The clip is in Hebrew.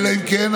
קארין אלהרר,